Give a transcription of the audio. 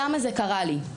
למה זה קרה לי?